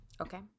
Okay